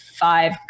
five